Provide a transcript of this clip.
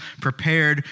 prepared